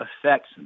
affects